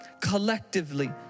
collectively